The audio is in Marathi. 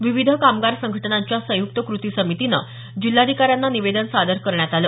विविध कामगार संघटनांच्या संयुक्त कृती समितीनं जिल्हाधिकाऱ्यांना निवेदन सादर करण्यात आलं